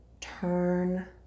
turn